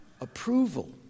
approval